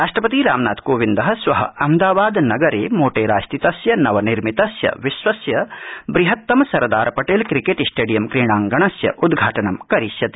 राष्ट्रपती रामनाथकोविंद श्व अहमादाबाद नगर मोट स्थितस्य नवनिर्मितस्य विश्वस्य बृहत्तम सरदार पटल क्रिक्ट स्टर्डियम क्रीडांगणस्य उद्घाटनं करिष्यति